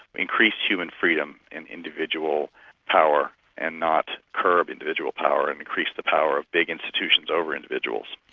increase human freedom and individual power and not curb individual power and increase the power of big institutions over individuals.